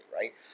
right